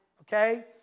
Okay